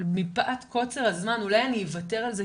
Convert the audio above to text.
אבל מפאת קוצר הזמן אולי אוותר על זה.